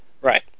right